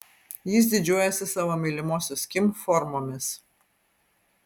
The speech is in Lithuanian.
jis didžiuojasi savo mylimosios kim formomis